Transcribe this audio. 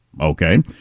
Okay